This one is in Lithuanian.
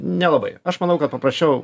nelabai aš manau kad paprasčiau